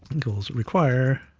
goals require